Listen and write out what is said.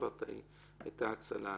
לפרקליט המדינה יש כבר האצלה,